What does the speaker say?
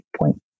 point